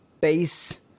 base